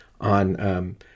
on